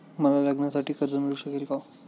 मला लग्नासाठी कर्ज मिळू शकेल का?